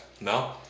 No